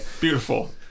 Beautiful